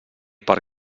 per